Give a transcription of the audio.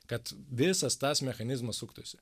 kad visas tas mechanizmas suktųsi